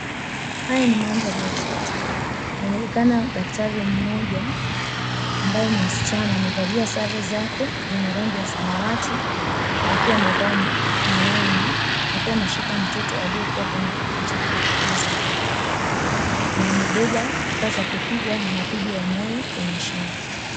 Haya ni mandhari ya hospitali. Kunaonekana daktari mmoja ambaye ni msichana. Amevalia sare zake zenye rangi ya samawati akiwa amevaa miwani akiwa ameshika mtoto aliye kwenye kifaa cha kumkuza na amebeba kifaa cha kupiga mapigo ya moyo kwenye shingo.